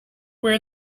where